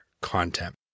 content